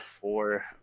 four